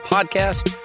Podcast